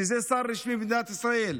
זה שר רשמי במדינת ישראל.